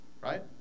right